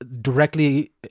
directly